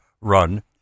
run